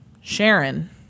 Sharon